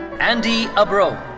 andy abreu.